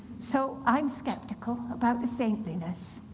so i'm skeptical about the saintliness.